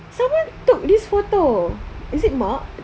someone took this photo is it mark